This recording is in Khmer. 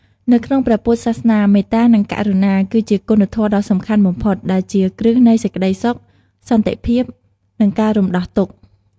នៅក្នុងព្រះពុទ្ធសាសនា មេត្តា និង ករុណា គឺជាគុណធម៌ដ៏សំខាន់បំផុត ដែលជាគ្រឹះនៃសេចក្ដីសុខ សន្តិភាព និងការរំដោះទុក្ខ។